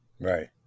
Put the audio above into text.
right